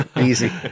Easy